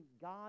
God